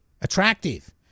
attractive